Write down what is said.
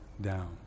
down